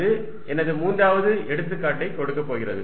அது எனது மூன்றாவது எடுத்துக்காட்டை கொடுக்கப் போகிறது